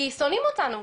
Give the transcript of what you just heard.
כי שונאים אותנו.